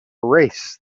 race